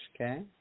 okay